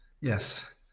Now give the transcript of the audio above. yes